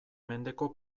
mendeko